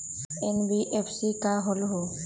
NBFC का होलहु?